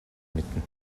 мэднэ